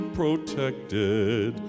protected